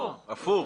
הפוך.